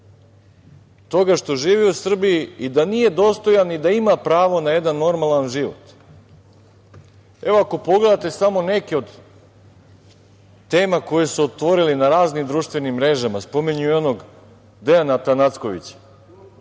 toga što živi u Srbiji i da nije dostojan i da ima pravo na jedan normalan život. Evo, ako pogledate samo neke od tema koje su otvorili na raznim društvenim mrežama, spominju i onog Dejana Atanackovića,